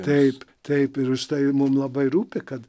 taip taip ir už tai mum labai rūpi kad